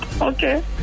Okay